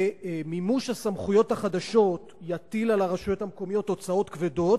ומימוש הסמכויות החדשות יטיל על הרשויות המקומיות הוצאות כבדות,